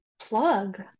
plug